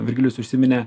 virgilijus užsiminė